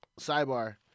Sidebar